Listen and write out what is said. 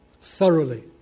Thoroughly